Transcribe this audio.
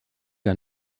der